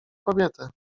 kobietę